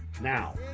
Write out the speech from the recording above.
Now